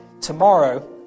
Tomorrow